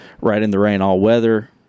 right-in-the-rain-all-weather